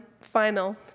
final